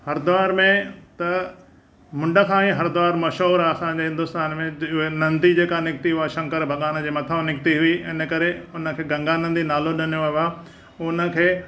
हरिद्वार में त मुण्ड खां ई हरिद्वार मशहूरु आहे असांजे हिंदुस्तान में नंदी जेका निकिती उहा शंकर भॻवान जे मथां निकिती हुई हिन करे हुनखे गंगा नंदी नालो ॾिनो वियो आहे हुनखे